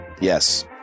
yes